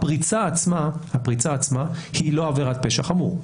הפריצה עצמה, הפריצה עצמה, היא לא עבירת פשע חמור.